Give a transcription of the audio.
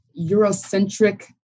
Eurocentric